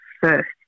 first